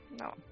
No